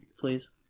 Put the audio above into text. please